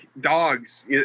dogs